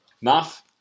Math